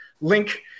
Link